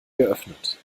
geöffnet